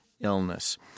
illness